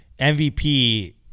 MVP